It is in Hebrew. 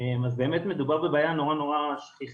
אז באמת מדובר בבעיה נורא שכיחה.